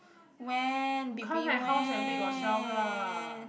when baby when